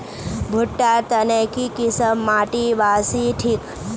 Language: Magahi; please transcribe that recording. भुट्टा र तने की किसम माटी बासी ठिक?